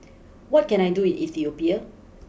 what can I do Ethiopia